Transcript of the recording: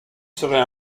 serait